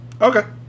Okay